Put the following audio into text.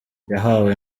yahawe